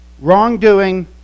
wrongdoing